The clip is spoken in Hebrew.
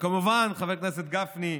וכמובן חבר הכנסת גפני,